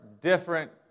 different